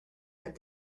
had